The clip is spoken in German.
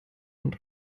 und